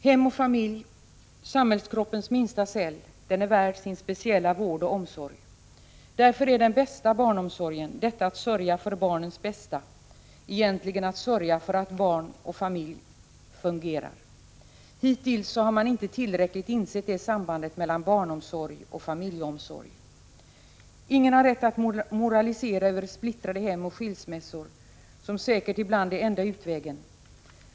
Hem och familj, samhällskroppens minsta cell, är värd sin speciella vård och omsorg. Därför är den bästa barnomsorgen, detta att sörja för barnens bästa, egentligen att sörja för att barn och familj fungerar. Hittills har man inte tillräckligt insett det sambandet mellan barnomsorg och familjeomsorg. Ingen har rätt att moralisera över splittrade hem och skilsmässor, som säkert ibland är enda utvägen.